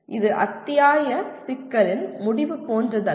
இது அத்தியாய சிக்கலின் முடிவு போன்றதல்ல